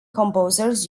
composers